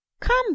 come